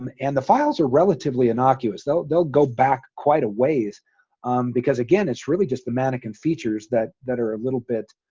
um and the files are relatively innocuous. they'll they'll go back quite a ways um because again, it's really just the mannequin features that that are a little bit